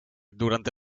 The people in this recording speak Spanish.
durante